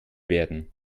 werden